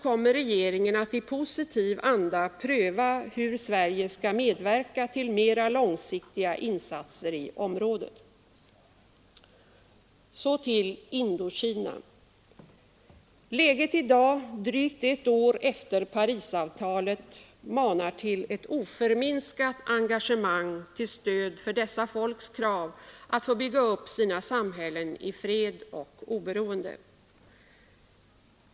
principerna regeringen att i positiv anda pröva hur Sverige skall medverka till mera = för svensk biståndslångsiktiga insatser i området. politik Så till Indokina. Läget i dag — drygt ett år efter Parisavtalet — manar till ett oförminskat engagemang till stöd för dessa folks krav att få bygga upp sina samhällen i fred och oberoende.